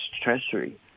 Treasury